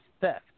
theft